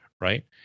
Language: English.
right